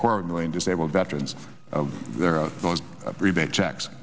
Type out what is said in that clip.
quarter million disabled veterans of their of those rebate checks